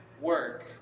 work